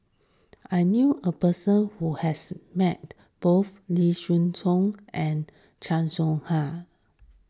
I knew a person who has met both Lim thean Soo and Chan Soh Ha